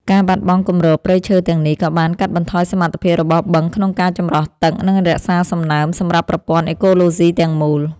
ការបាត់បង់គម្របព្រៃឈើទាំងនេះ ក៏បានកាត់បន្ថយសមត្ថភាពរបស់បឹងក្នុងការចម្រោះទឹក និងរក្សាសំណើមសម្រាប់ប្រព័ន្ធអេកូឡូស៊ីទាំងមូល។